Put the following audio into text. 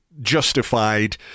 justified